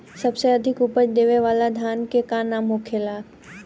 सबसे अधिक उपज देवे वाला धान के का नाम होखे ला?